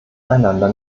einander